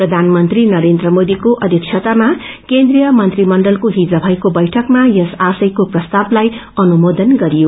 प्रधानमन्त्री नरेन्द्र मोदीको अध्यक्षतामा केन्द्रिय मंत्रिमण्डलको हिज भएको वैठकमा यस आशयाके प्रस्तावलाई अनुमोदन गरियो